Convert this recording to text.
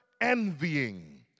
envying